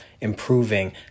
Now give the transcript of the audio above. improving